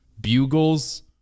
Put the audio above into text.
bugles